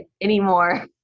anymore